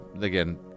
Again